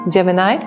Gemini